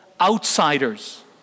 outsiders